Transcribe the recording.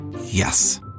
yes